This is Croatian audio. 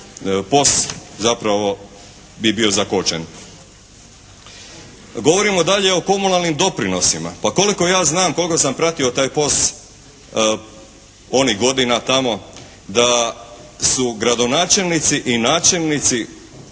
POS, zapravo bi bio zakočen. Govorimo dalje o komunalnim doprinosima. Pa koliko ja znam, koliko sam pratio taj POS onih godina tamo da su gradonačelnici i načelnici